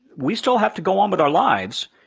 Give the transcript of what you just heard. we still have to go on with our lives.